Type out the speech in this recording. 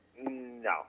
No